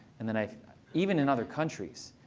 and even in other countries,